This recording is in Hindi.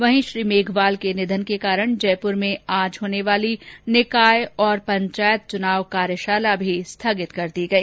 वहीं श्री मेघवाल के निधन के कारण जयपुर में आज होने वाली निकाय और पंचायत चुनाव कार्यशाला भी स्थगित कर दी गई